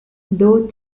though